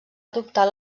adoptar